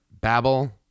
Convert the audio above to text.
Babel